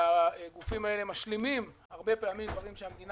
והגופים האלה משלימים הרבה פעמים דברים שהמדינה